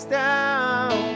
down